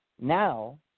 now